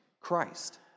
Christ